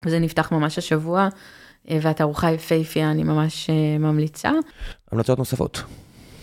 זה נפתח ממש השבוע והתערוכה יפיפיה, אני ממש ממליצה. המלצות נוספות.